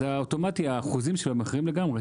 אז אוטומטי האחוזים שלהם אחרים לגמרי.